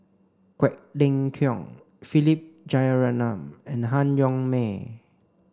Quek Ling Kiong Philip Jeyaretnam and Han Yong May